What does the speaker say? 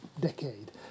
decade